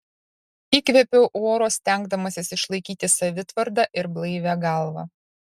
įkvėpiau oro stengdamasis išlaikyti savitvardą ir blaivią galvą